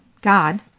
God